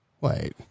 Wait